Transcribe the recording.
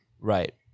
right